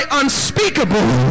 unspeakable